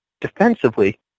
defensively